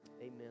amen